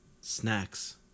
snacks